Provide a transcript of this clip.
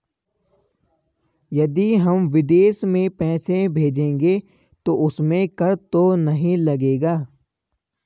यदि हम विदेश में पैसे भेजेंगे तो उसमें कर तो नहीं लगेगा?